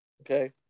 Okay